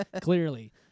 Clearly